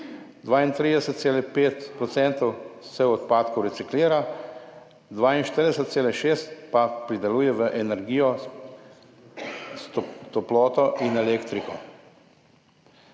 32,5 % odpadkov se reciklira, 42,6 % pa predeluje v energijo, toploto in elektriko.